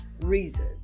reason